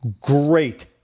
Great